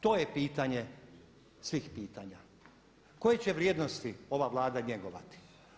To je pitanje svih pitanja koje će vrijednosti ova Vlada njegovati.